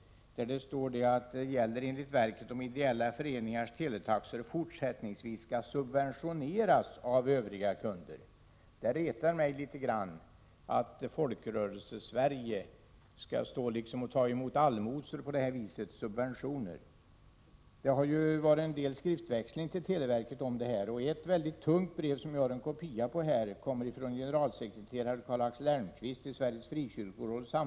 Det står i svaret: ”Det gäller enligt verket om ideella föreningars teletaxor fortsättningsvis skall subventioneras av övriga kunder ———.” Det retar mig litet grand att Folkrörelsesverige skall behöva ta emot allmosor, som kallas subventioner. Många har skrivit till televerket om detta, och ett mycket tungt brev kommer från generalsekreterare Karl-Axel Elmquist i Sveriges frikyrkoråd/ — Prot.